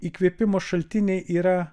įkvėpimo šaltiniai yra